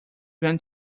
going